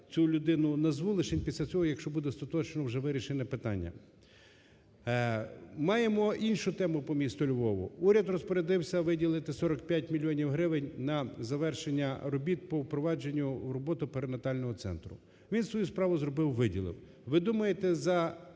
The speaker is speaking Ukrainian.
цю людину назву, лишень після того, якщо буде остаточно вже вирішене питання. Маємо іншу тему по місту Львову. Уряд розпорядився виділити 45 мільйонів гривень на завершення робіт по впровадженню в роботу пренатального центру. Він свою справу зробив, виділив. Ви думаєте, за